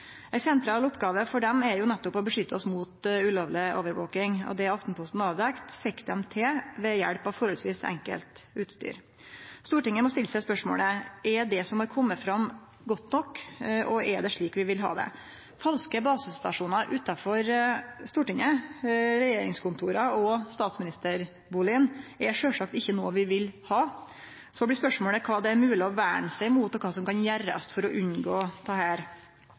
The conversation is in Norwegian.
jo nettopp å beskytte oss mot ulovleg overvaking. Det Aftenposten avdekte, fekk dei til ved hjelp av forholdsvis enkelt utstyr. Stortinget må stille seg spørsmålet: Er det som har kome fram, godt nok, og er det slik vi vil ha det? Falske basestasjonar utanfor Stortinget, regjeringskontora og statsministerbustaden er sjølvsagt noko vi ikkje vil ha. Så blir spørsmålet kva det er mogleg å verne seg mot, og kva som kan gjerast for å unngå dette.